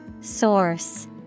Source